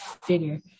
figure